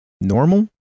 normal